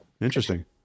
interesting